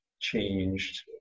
changed